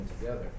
together